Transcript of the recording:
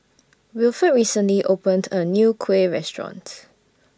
Wilford recently opened A New Kuih Restaurant